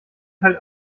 halt